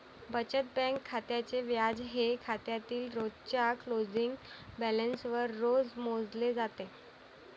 बचत बँक खात्याचे व्याज हे खात्यातील रोजच्या क्लोजिंग बॅलन्सवर रोज मोजले जाते